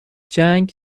جنگ